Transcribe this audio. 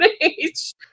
age